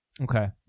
Okay